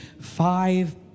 five